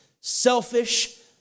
selfish